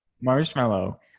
Marshmallow